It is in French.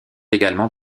également